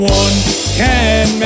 one-can